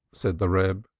said the reb,